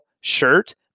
shirt